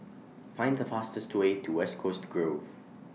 Find The fastest Way to West Coast Grove